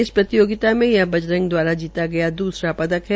इस प्रतियोगिता मे यह बजरंग दवारा जीता गया दूसरा पदक है